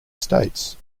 states